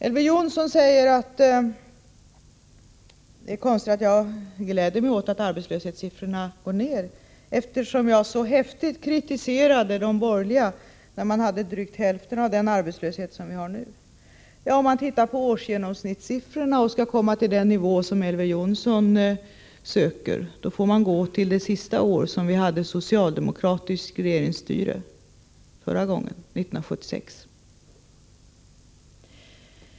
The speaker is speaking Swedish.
Elver Jonsson säger att det är konstigt att jag gläder mig åt att arbetslöshetssiffrorna går ner, eftersom jag så häftigt kritiserade de borgerliga när arbetslösheten var drygt hälften av vad den är nu. Om man tittar på årsgenomsnittssiffrorna för att finna den arbetslöshetsnivå som Elver Jonsson söker får man gå till det sista året då vi förra gången hade socialdemokratiskt regeringsstyre, 1976.